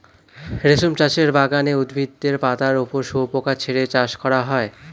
রেশম চাষের বাগানে উদ্ভিদের পাতার ওপর শুয়োপোকা ছেড়ে চাষ করা হয়